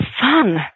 fun